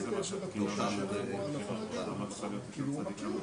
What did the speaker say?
רוצה תיעוד -- נכון ובזה אנחנו לא נוגעים.